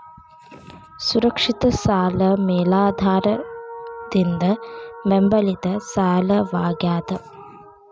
ಸುರಕ್ಷಿತ ಸಾಲ ಮೇಲಾಧಾರದಿಂದ ಬೆಂಬಲಿತ ಸಾಲವಾಗ್ಯಾದ